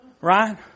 Right